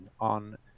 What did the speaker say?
on